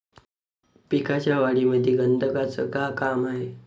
पिकाच्या वाढीमंदी गंधकाचं का काम हाये?